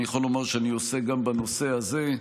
אני יכול לומר שאני עוסק גם בנושא הזה.